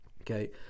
Okay